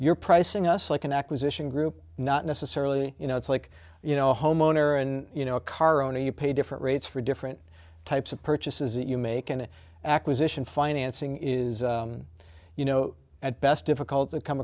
you're pricing us like an acquisition group not necessarily you know it's like you know homeowner and you know a car owner you pay different rates for different types of purchases that you make an acquisition financing is you know at best difficult to come